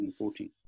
2014